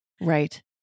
Right